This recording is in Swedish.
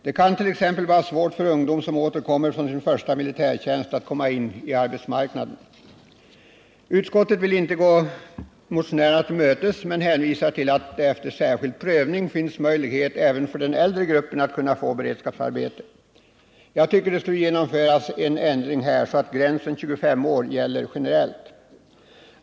Det kan t.ex. vara svårt för ungdomar som återkommer från sin första militärtjänst att komma in på arbetsmarknaden. Utskottet vill inte gå oss motionärer till mötes men hänvisar till att det efter särskild prövning finns möjlighet även för den äldre gruppen att kunna få beredskapsarbete. Jag tycker det skulle genomföras en ändring här, så att gränsen 25 år gäller generellt.